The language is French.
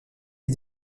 est